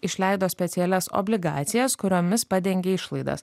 išleido specialias obligacijas kuriomis padengė išlaidas